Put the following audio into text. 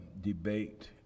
debate